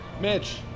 Mitch